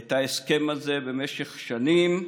את ההסכם הזה במשך שנים.